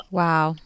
wow